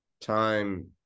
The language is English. time